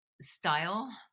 style